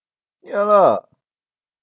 ya lah